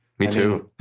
me too.